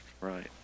Right